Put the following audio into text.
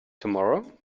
tomorrow